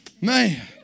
man